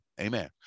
Amen